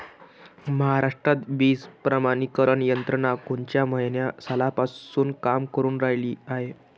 महाराष्ट्रात बीज प्रमानीकरण यंत्रना कोनच्या सालापासून काम करुन रायली हाये?